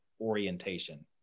orientation